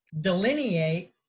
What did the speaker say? delineate